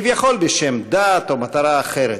כביכול בשם דת או מטרה אחרת.